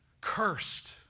cursed